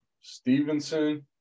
Stevenson